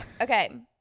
Okay